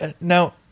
Now